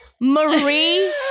Marie